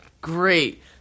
Great